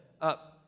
up